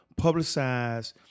publicize –